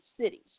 cities